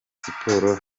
siporo